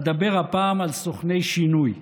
אדבר הפעם על סוכני שינוי.